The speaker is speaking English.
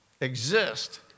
exist